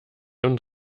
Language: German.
und